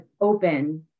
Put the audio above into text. open